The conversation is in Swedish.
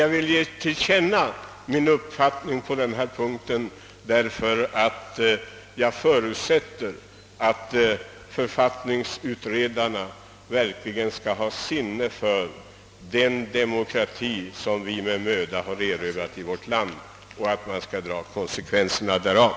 Jag ville emellertid ge min uppfattning på denna punkt till känna, därför att jag förutsätter att författningsutredarna verkligen skall ha sinne för den demokrati som vi med möda har erövrat i vårt land och dra konsekvenserna därav.